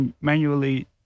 manually